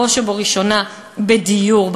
בראש ובראשונה בדיור.